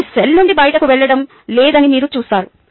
ఇది సెల్ నుండి బయటకు వెళ్ళడం లేదని మీరు చూస్తారు